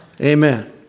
Amen